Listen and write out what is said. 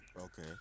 okay